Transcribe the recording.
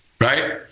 right